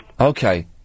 Okay